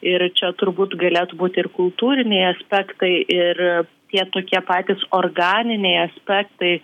ir čia turbūt galėtų būti ir kultūriniai aspektai ir tie tokie patys organiniai aspektai